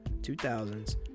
2000s